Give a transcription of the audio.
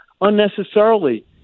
unnecessarily